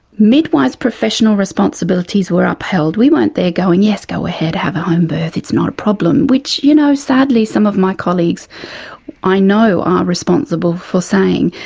midwives' professional responsibilities were upheld we weren't there going yes, go ahead, have a homebirth, it's not a problem which, you know, sadly some of my colleagues i know are responsible for saying.